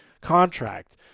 contract